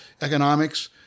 economics